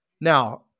Now